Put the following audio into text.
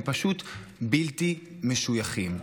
הם פשוט בלתי משויכים.